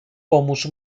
pomóż